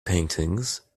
paintings